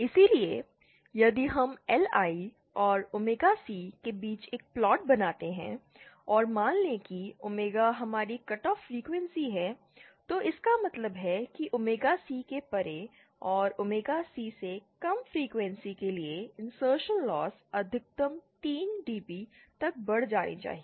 इसलिए यदि हम LI और ओमेगा C के बीच एक प्लॉट बनाते हैं और मान लें कि ओमेगा हमारी कट ऑफ फ्रीक्वेंसी है तो इसका मतलब है कि ओमेगा C के परे और ओमेगा C से कम फ्रीक्वेंसी के लिए इंसर्शनल लॉस अधिकतम 3 dB तक बढ़ जानी चाहिए